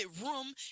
room